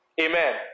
Amen